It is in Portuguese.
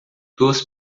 duas